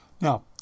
Now